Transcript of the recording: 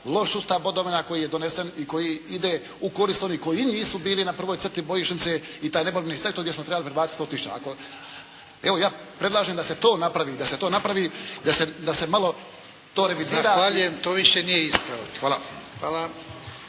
loš sustav bodovanja koji je donesen i koji ide u korist onih koji i nisu bili na prvoj crti bojišnice i taj neborbeni sektor gdje smo trebali prebaciti 100 tisuća. Evo ja predlažem da se to napravi, da se to napravi da se malo to revizira i … **Jarnjak, Ivan